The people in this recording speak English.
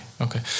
okay